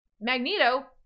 Magneto